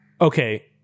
Okay